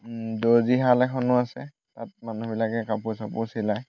আৰু দৰ্জীশাল এখনো আছে তাত মানুহবিলাকে কাপোৰ চাপোৰ চিলায়